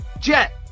Jet